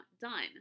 done